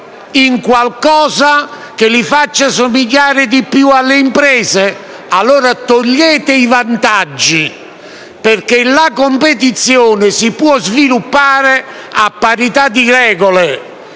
in qualcosa che li faccia somigliare di più alle imprese? Allora, togliete i vantaggi perché la competizione si può sviluppare a parità di regole.